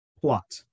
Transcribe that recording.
plot